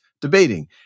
debating